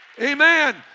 Amen